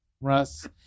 Russ